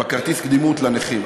בכרטיס קדימות לנכים.